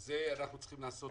ואת זה צריך לעשות